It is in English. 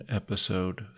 episode